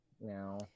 now